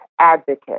advocate